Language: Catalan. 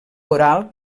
oral